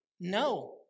No